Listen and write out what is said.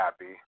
happy